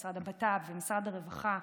משרד הבט"פ ומשרד הרווחה,